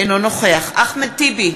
אינו נוכח אחמד טיבי,